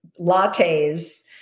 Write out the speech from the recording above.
lattes